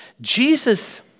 Jesus